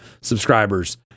subscribers